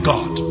God